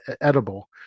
edible